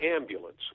ambulance